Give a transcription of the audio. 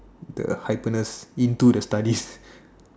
the hyperness into the study